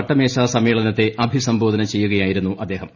വട്ടമേശാ സമ്മേളനത്തെ അഭിസംബോധന ചെയ്യുകയായിരുന്നു അദ്ദേഹം